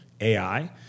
AI